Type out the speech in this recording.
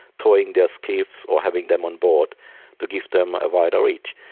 towing their skiffs or having them on board to give them a wider reach.